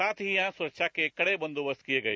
साथ ही यहां सुरक्षा के कड़े बंदोबस्त किए गए